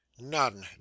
None